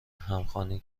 همخوانی